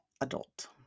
adult